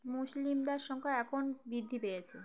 মুসলিমদের সংখ্যা এখন বৃদ্ধি পেয়েছে